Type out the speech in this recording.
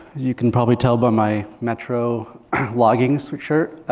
you can probably tell by my metro logging so shirt,